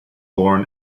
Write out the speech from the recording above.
born